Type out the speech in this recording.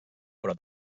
però